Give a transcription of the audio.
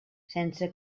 sense